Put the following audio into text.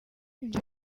ibyo